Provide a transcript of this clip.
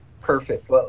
perfect